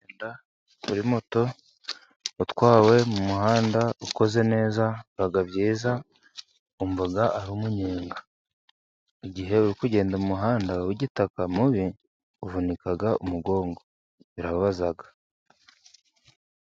Kugenda kuri moto utwawe mu muhanda ukoze neza biba byiza wumva ari umunyenga, igihe uri kagenda mu muhanda w'igitaka mubi uvunika umugongo birababaza.